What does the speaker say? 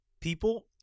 People